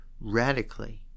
radically